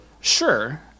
Sure